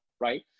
right